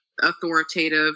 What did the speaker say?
authoritative